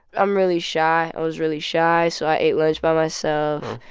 i'm really shy. i was really shy, so i ate lunch by myself.